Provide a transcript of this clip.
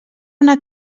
una